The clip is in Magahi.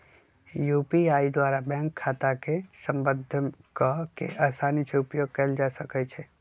यू.पी.आई द्वारा बैंक खता के संबद्ध कऽ के असानी से उपयोग कयल जा सकइ छै